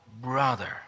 brother